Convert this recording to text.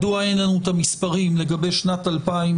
מדוע אין לנו את המספרים לפחות לגבי שנת 2020?